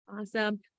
Awesome